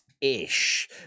ish